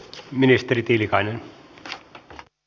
ministeri tiilikainen e